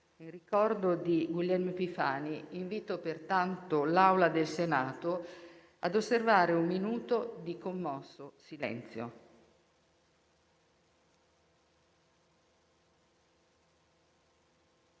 In ricordo di Guglielmo Epifani invito, pertanto, l'Aula del Senato ad osservare un minuto di commosso silenzio.